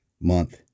month